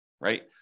right